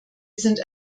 sind